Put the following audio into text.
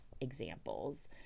examples